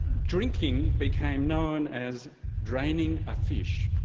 drinking became known as draining a fish.